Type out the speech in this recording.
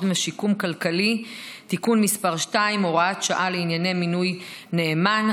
ושיקום כלכלי (תיקון מס' 2) (הוראת שעה לענייני מינוי נאמן),